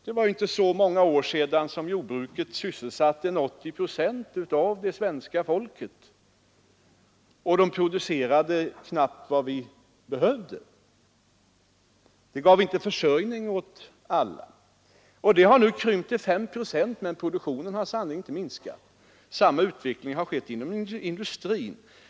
Det var inte så många år sedan som jordbruket sysselsatte ungefär 80 procent av svenska folket, och de människorna producerade knappt vad vi behövde. Nu har antalet sysselsatta inom jordbruket krympt till 5 procent, men produktionen har sannerligen inte minskat. Utvecklingen har varit densamma inom industrin.